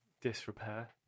disrepair